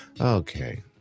Okay